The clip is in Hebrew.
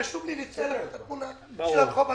חשוב לי לצייר את התמונה של הרחוב הדרוזי.